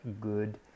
good